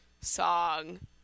song